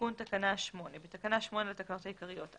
8.תיקון תקנה 8 בתקנה 8 לתקנות העיקריות: